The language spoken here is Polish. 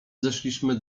zeszliśmy